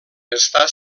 està